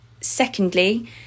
Secondly